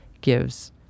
gives